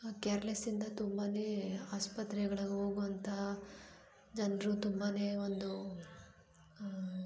ಕೇರ್ಲೆಸ್ಸಿಂದ ತುಂಬಾ ಆಸ್ಪತ್ರೆಗಳಿಗ್ ಹೋಗುವಂತಹ ಜನರು ತುಂಬಾ ಒಂದು